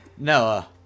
Noah